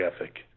ethic